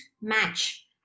match